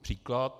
Příklad.